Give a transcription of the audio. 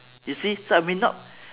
you see so I may not